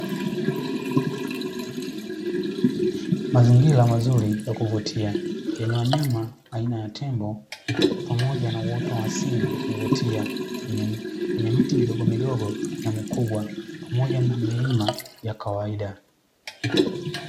Mazingira mazuri ya kuvutia yenye wanyama aina ya tembo, pamoja na uoto wa asili wa kuvutia wenye miti midogomidogo na mikubwa, pamoja na milima ya kawaida.